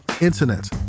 internet